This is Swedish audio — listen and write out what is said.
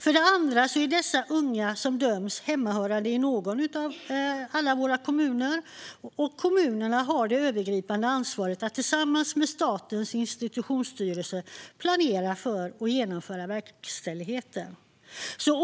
För det andra är de unga som döms hemmahörande i någon av alla våra kommuner, och kommunerna har det övergripande ansvaret att tillsammans med Statens institutionsstyrelse planera och genomföra verkställigheten.